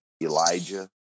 Elijah